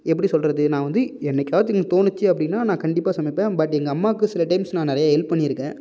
எப்படி சொல்வது நான் வந்து என்றைக்காவது எனக்கு தோணிச்சி அப்படின்னா நான் கண்டிப்பாக சமைப்பேன் பட் எங்கள் அம்மாவுக்கு சில டைம்ஸ் நான் நிறைய ஹெல்ப் பண்ணியிருக்கேன்